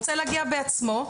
הוא רוצה להגיע בעצמו,